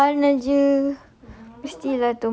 asyik makan saja